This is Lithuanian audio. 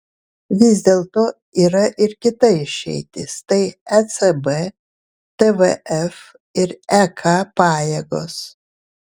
vis dėlto yra ir kita išeitis tai ecb tvf ir ek pajėgos